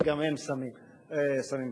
שגם הם שמים תקציב,